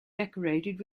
decorated